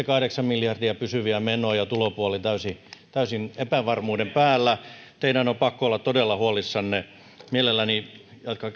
kahdeksan miljardia pysyviä menoja tulopuoli täysin epävarmuuden päällä teidän on pakko olla todella huolissanne mielelläni